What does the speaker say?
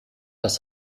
dass